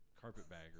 carpetbagger